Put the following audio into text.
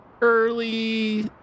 Early